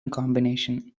combination